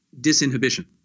disinhibition